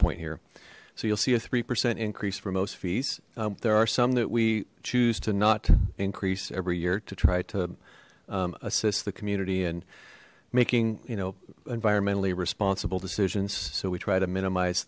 point here so you'll see a three percent increase for most fees there are some that we choose to not increase every year to try to assist the community and making you know environmentally responsible decisions so we try to minimize